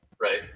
Right